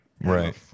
Right